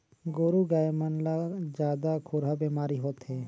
गोरु गाय मन ला जादा खुरहा बेमारी होथे